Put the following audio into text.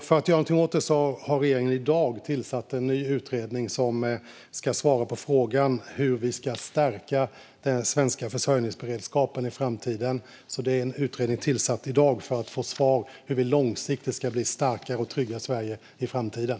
För att göra något åt detta har regeringen i dag tillsatt en ny utredning som ska svara på frågan hur vi ska stärka den svenska försörjningsberedskapen i framtiden. Det är alltså en utredning tillsatt i dag för att få svar på hur vi långsiktigt ska bli starkare och tryggare i Sverige i framtiden.